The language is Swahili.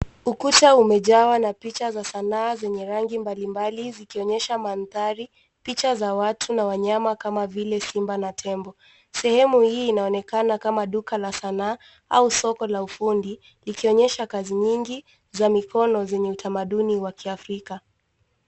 Ukuta umejawa na picha za Sanaa zenye rangi mbali mbali zikionyesha madhari, picha za watu na wanyama kama vile simba na tembo. Sehemu hii inaonekana kama Duka la sanaa au soko la ufundi likionyesha kazi nyingi za mikono zenye utamaduni wa afrika.